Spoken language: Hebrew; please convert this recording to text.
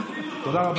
תודה רבה.